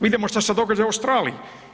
Vidimo šta se događa u Australiji.